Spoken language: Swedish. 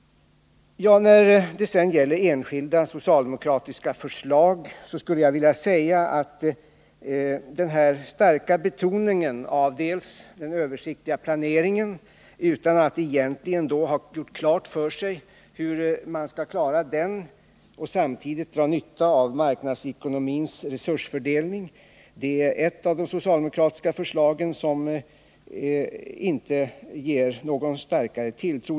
När det gäller enskilda socialdemokratiska förslag skulle jag vilja säga att den starka betoningen i ett av de socialdemokratiska förslagen av den översiktliga planeringen, utan att man egentligen gjort klart för sig hur man skall klara den och samtidigt dra nytta av marknadsekonomins resursfördelning, inte inger någon starkare tilltro.